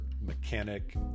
mechanic